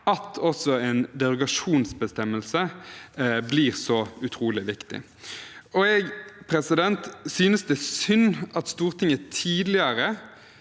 at også en derogasjonsbestemmelse blir så utrolig viktig. Jeg synes det er synd at Stortinget tidligere